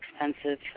expensive